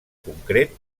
concret